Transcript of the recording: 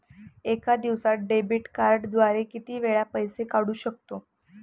एका दिवसांत डेबिट कार्डद्वारे किती वेळा पैसे काढू शकतो?